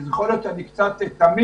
יכול להיות שאני כבר תמים,